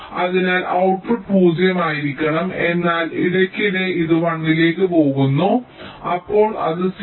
അതിനാൽ ഔട്ട്പുട്ട് പൂജ്യമായിരിക്കണം എന്നാൽ ഇടയ്ക്കിടെ ഇത് 1 ലേക്ക് പോകുന്നു അപ്പോൾ അത് 0